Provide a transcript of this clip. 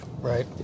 right